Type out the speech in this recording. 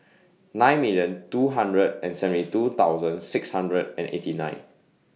nine million two hundred and seventy two thousand six hundred and eighty nine